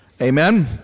Amen